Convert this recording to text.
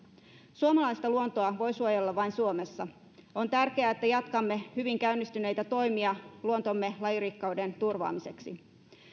suomalaista luontoa voi suojella vain suomessa on tärkeää että jatkamme hyvin käynnistyneitä toimia luontomme lajirikkauden turvaamiseksi